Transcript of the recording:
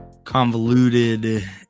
convoluted